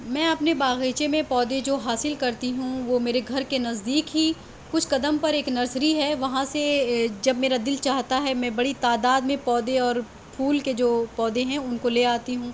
میں اپنے باغیچے میں پودے جو حاصل کرتی ہوں وہ میرے گھر کے نزدیک ہی کچھ قدم پر ایک نرسری ہے وہاں سے جب میرا دل چاہتا ہے میں بڑی تعداد میں پودے اور پھول کے جو پودے ہیں ان کو لے آتی ہوں